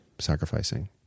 sacrificing